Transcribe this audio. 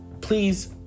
please